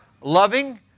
loving